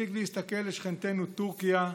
מספיק להסתכל לשכנתנו טורקיה,